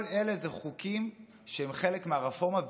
כל אלה זה חוקים שהם חלק מהרפורמה,